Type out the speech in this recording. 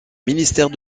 ministère